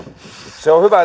se on hyvä